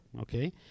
okay